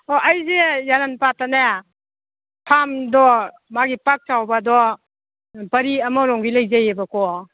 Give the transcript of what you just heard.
ꯑꯣ ꯑꯩꯁꯦ ꯌꯥꯔꯜ ꯄꯥꯠꯇꯅꯦ ꯐꯥꯔꯝꯗꯣ ꯃꯥꯒꯤ ꯄꯥꯛ ꯆꯥꯎꯕꯗꯣ ꯄꯔꯤ ꯑꯃꯔꯣꯝꯒꯤ ꯂꯩꯖꯩꯑꯕꯀꯣ